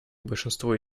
большинство